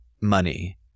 money